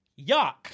Yuck